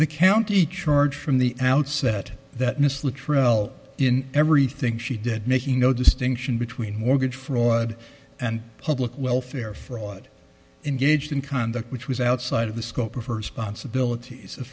the county charge from the outset that misled trell in everything she did making no distinction between mortgage fraud and public welfare fraud engaged in conduct which was outside of the scope of her sponsibilit